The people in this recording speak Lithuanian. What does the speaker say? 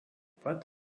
pat